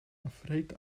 afraid